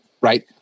right